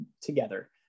together